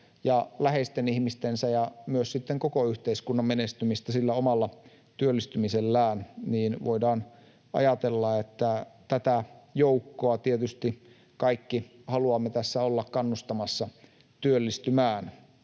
ja läheisten ihmistensä ja myös koko yhteiskunnan menestymistä sillä omalla työllistymisellään, voidaan ajatella, että tätä joukkoa tietysti kaikki haluamme tässä olla kannustamassa työllistymään.